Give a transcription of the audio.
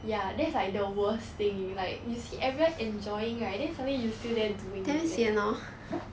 ya that's like the worst thing like you see everyone enjoying right then suddenly you still there doing eh